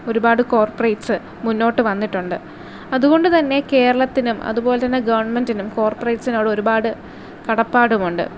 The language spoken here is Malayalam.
ഒരുപാട് കോർപ്പറേറ്റ്സ് മുന്നോട്ട് വന്നിട്ടുണ്ട് അത്കൊണ്ട്തന്നെ കേരളത്തിനും അതുപോലെതന്നെ ഗവൺമെന്റിനും കോർപ്പറേറ്റ്സിനോട് ഒരുപാട് കടപ്പാടുമുണ്ട്